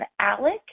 Alec